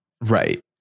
Right